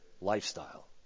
lifestyle